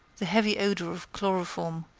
the heavy odor of chloroform,